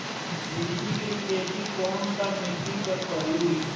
मिर्ची के खेती कौन सा मिट्टी पर करी?